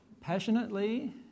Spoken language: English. passionately